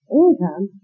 income